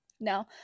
no